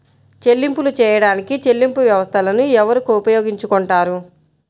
చెల్లింపులు చేయడానికి చెల్లింపు వ్యవస్థలను ఎవరు ఉపయోగించుకొంటారు?